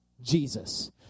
Jesus